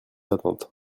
attentes